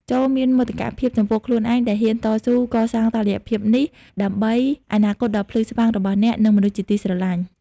ចូរមានមោទកភាពចំពោះខ្លួនឯង ដែលហ៊ានតស៊ូកសាងតុល្យភាពនេះ ដើម្បីអនាគតដ៏ភ្លឺស្វាងរបស់អ្នក និងមនុស្សជាទីស្រឡាញ់។